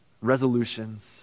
resolutions